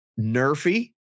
Nerfy